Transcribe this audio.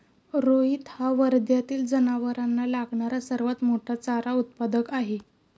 रोहित हा वर्ध्यातील जनावरांना लागणारा सर्वात मोठा चारा उत्पादक आहे